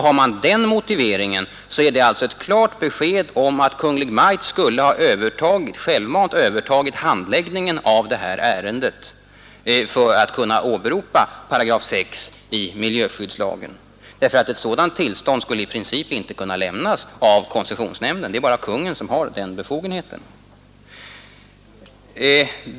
Har man den motiveringen är det ett klart besked om att Kungl. Maj:t självmant skulle ha övertagit handläggningen av detta ärende för att kunna åberopa 6 § i miljöskyddslagen. Ett sådant tillstånd skulle i princip inte kunna lämnas av koncessionsnämnden. Det är bara Kungl. Maj:t som har den befogenheten.